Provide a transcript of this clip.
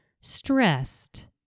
stressed